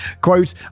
Quote